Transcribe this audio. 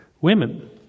women